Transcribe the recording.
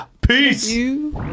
Peace